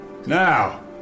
Now